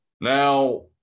Now